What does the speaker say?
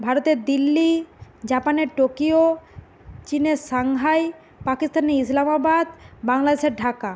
ভারতের দিল্লি জাপানের টোকিও চীনের সাংঘাই পাকিস্থানের ইসলামাবাদ বাংলাদেশের ঢাকা